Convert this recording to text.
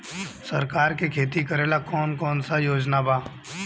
सरकार के खेती करेला कौन कौनसा योजना बा?